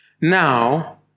Now